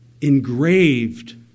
engraved